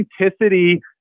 authenticity